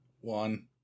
one